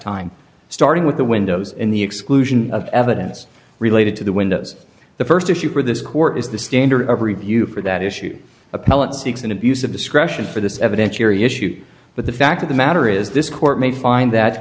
time starting with the windows in the exclusion of evidence related to the windows the st issue for this court is the standard of review for that issue appellant seeks an abuse of discretion for this evidence jury issue but the fact of the matter is this court may find that